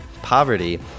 poverty